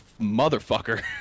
motherfucker